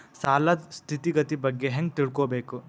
ಸಾಲದ್ ಸ್ಥಿತಿಗತಿ ಬಗ್ಗೆ ಹೆಂಗ್ ತಿಳ್ಕೊಬೇಕು?